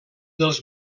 dels